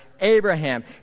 Abraham